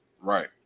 Right